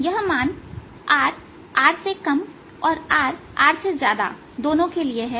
यह मान rR और rR दोनों के लिए है